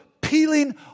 Peeling